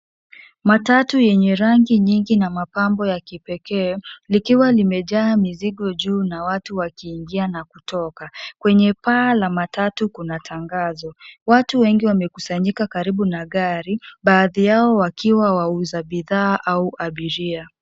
Matatu yenye rangi nyingi na mapambo ya kipekee, likiwa limejaa mizigo juu na watu wakiingia na kutoka. Kwenye paa la matatu kuna tangazo. Watu wengi wamekusanyika karibu na gari, baadhi yao wakiwa wauza bidhaa au abiria.